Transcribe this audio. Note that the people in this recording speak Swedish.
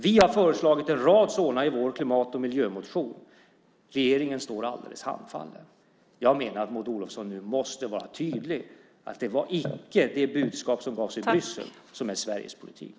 Vi har föreslagit en rad sådana i vår klimat och miljömotion. Regeringen står alldeles handfallen. Jag menar att Maud Olofsson nu måste vara tydlig med att det icke är det budskap som gavs i Bryssel som är Sveriges politik.